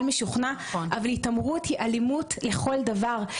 משוכנע אבל התעמרות היא אלימות לכל דבר,